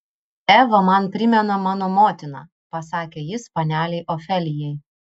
eva man primena mano motiną pasakė jis panelei ofelijai